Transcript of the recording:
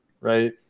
right